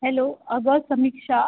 hello अगं समीक्षा